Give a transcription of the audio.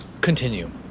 Continue